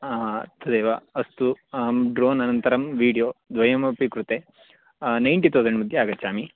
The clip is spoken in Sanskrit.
तदेव अस्तु अहं ड्रोन् अनन्तरं वीडियो द्वयमपि कृते नैन्टि तौसण्ड् मध्ये आगच्छामि